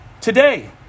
Today